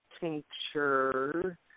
Tincture